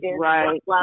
right